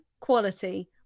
quality